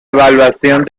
evaluación